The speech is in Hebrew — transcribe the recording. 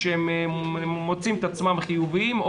כשהם מוצאים את עצמם חיוביים,